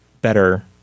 better